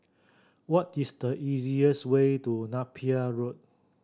what is the easiest way to Napier Road